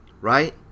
right